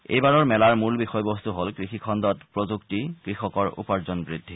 এইবাৰৰ মেলাৰ মূল বিষয়বস্তু হল কৃষি খণ্ডত প্ৰযুক্তি কৃষকৰ উপাৰ্জন বৃদ্ধি